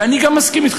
ואני גם מסכים אתך,